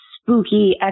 spooky